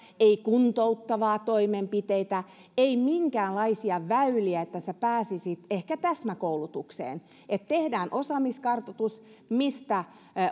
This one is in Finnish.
ei kuntouttavia toimenpiteitä ei minkäänlaisia väyliä että sinä pääsisit ehkä täsmäkoulutukseen että tehdään osaamiskartoitus että mistä